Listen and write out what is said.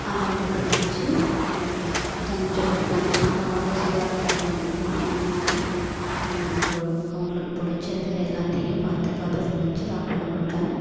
அதை அவங்களுக்கு சமைத்து சமைத்து கொடுப்பேன் அப்பாவுக்கு வந்து சூடாக சாப்பிட்டா தான் பிடிக்கும் அந்த மாதிரி அவங்களுக்கு அவங்களுக்கு பிடிச்சத எல்லாத்தையும் பார்த்து பார்த்து சமைத்து சாப்பாடு கொடுப்பேன்